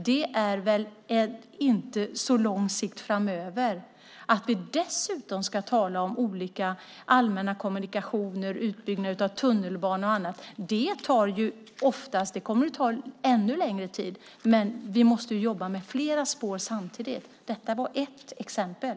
Det handlar väl inte om så lång sikt. Dessutom talar vi om olika allmänna kommunikationer, utbyggnad av tunnelbana och annat. Det är ett arbete som kommer att ta längre tid, men vi måste jobba med flera spår samtidigt. Detta var ett exempel.